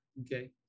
Okay